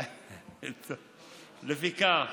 לפיכך,